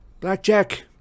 Blackjack